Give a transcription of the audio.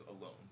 alone